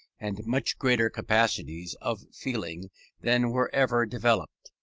and much greater capacities of feeling than were ever developed.